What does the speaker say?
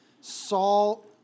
Saul